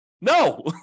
No